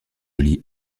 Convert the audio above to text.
joly